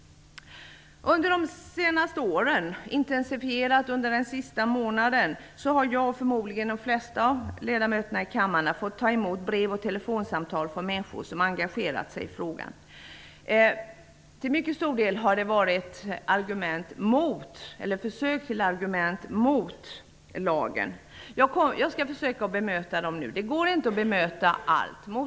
Under de senaste åren -- intensifierat under den senaste månaden -- har jag och förmodligen de flesta av ledamöterna i denna kammare fått ta emot brev och telefonsamtal från människor som engagerat sig i frågan. Till mycket stor del har det handlat om försök till argument mot lagen. Jag skall försöka bemöta några av de vanligaste argumenten -- det går nämligen inte att bemöta allt som man får höra.